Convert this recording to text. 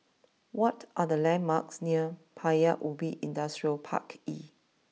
what are the landmarks near Paya Ubi Industrial Park E